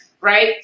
right